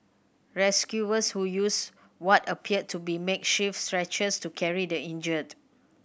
rescuers who used what appeared to be makeshift stretchers to carry the injured